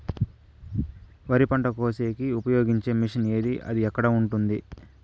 వరి పంట కోసేకి ఉపయోగించే మిషన్ ఏమి అది ఎక్కడ ఉంది?